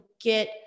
get